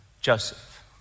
Joseph